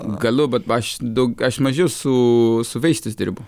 galiu bet aš daug aš mažiau su vaistais dirbu